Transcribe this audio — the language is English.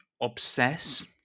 obsess